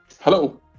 Hello